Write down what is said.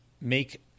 make